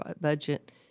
budget